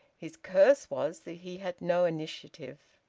his curse was that he had no initiative.